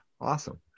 awesome